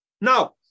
Now